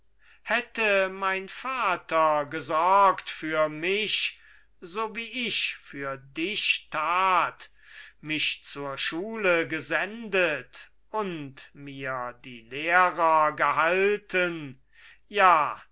hätte mein vater gesorgt für mich so wie ich für dich tat mich zur schule gesendet und mir die lehrer gehalten ja